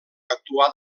actuà